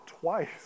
twice